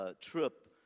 trip